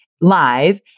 live